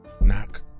Knock